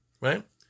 Right